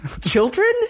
Children